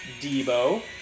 Debo